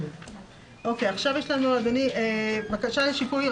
עכשיו יש לנו את הבקשה לשיפוי.